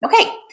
Okay